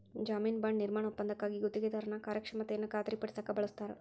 ಜಾಮೇನು ಬಾಂಡ್ ನಿರ್ಮಾಣ ಒಪ್ಪಂದಕ್ಕಾಗಿ ಗುತ್ತಿಗೆದಾರನ ಕಾರ್ಯಕ್ಷಮತೆಯನ್ನ ಖಾತರಿಪಡಸಕ ಬಳಸ್ತಾರ